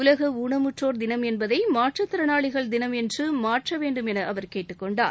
உலக ஊனமுற்றோர் தினம் என்பதை மாற்றுத்திறனாளிகள் தினம் என்று மாற்ற வேண்டும் என்று அவர் கேட்டுக்கொண்டார்